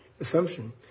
assumption